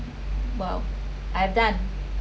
well I have done